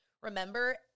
remember